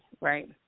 right